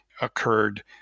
occurred